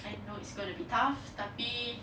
I know it's gonna be tough tapi